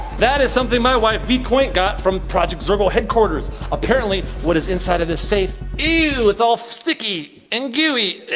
that is something my wife, vy qwaint got from project zorgo headquarters. apparently what is inside of this safe, ew, it's all sticky and gooey.